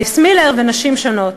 אליס מילר ונשים שונות,